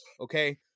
Okay